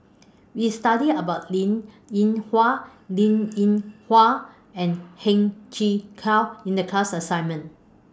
We studied about Linn in Hua Linn in Hua and Heng Chee How in The class assignment